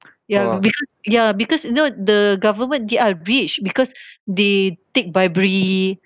ya because ya because you know the government they are rich because they take bribery